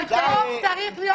לא דיברתי אליך, אל תפריע לי.